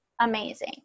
amazing